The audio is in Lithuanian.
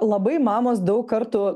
labai mamos daug kartų